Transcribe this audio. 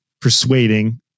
persuading